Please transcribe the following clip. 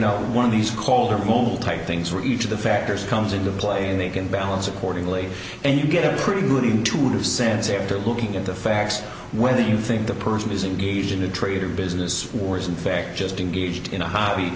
know one of these color mobile type things for each of the factors comes into play and they can balance accordingly and you get a pretty good intuitive sense after looking at the facts whether you think the person is engaged in a trade or business or is in fact just engaged in a hobby